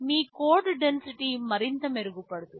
మీ code density మరింత మెరుగుపడుతుంది